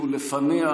ולפניה,